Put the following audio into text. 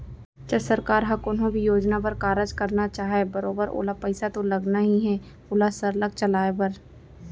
च सरकार ह कोनो भी योजना बर कारज करना चाहय बरोबर ओला पइसा तो लगना ही हे ओला सरलग चलाय बर